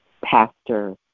pastor